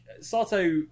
Sato